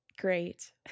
Great